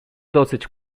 dosyć